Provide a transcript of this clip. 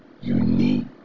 unique